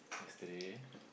yesterday